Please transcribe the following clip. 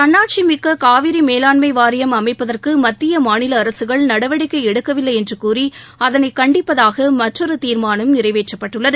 தன்னாட்சி மிக்க காவிரி மேலாண்மை வாரியம் அமைப்பதற்கு மத்திய மாநில அரசுகள் நடவடிக்கை எடுக்கவில்லை என்று கூறி அதனை கண்டிப்பதாக மற்றொரு தீர்மானம் நிறைவேற்றப்பட்டுள்ளது